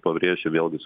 pabrėžiu vėlgi